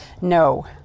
No